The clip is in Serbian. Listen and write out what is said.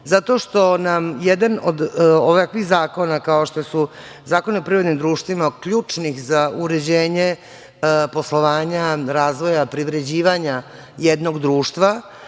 Zato što nam jedan od ovakvih zakona, kao što je Zakon o privrednim društvima, ključan za uređenje poslovanja razvoja, privređivanja jednog društva,